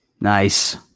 Nice